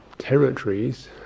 territories